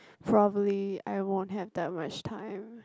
probably I won't have that much time